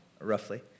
roughly